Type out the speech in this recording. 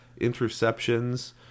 interceptions